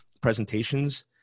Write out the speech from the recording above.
presentations